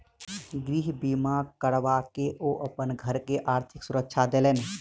गृह बीमा करबा के ओ अपन घर के आर्थिक सुरक्षा देलैन